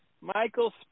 Michael